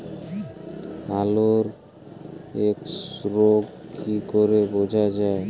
আলুর এক্সরোগ কি করে বোঝা যায়?